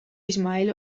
ismael